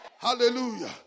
Hallelujah